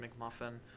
McMuffin